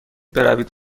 بروید